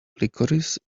licorice